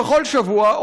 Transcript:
בכל שבוע,